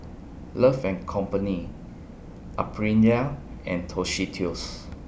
Love and Companion Aprilia and Tostitos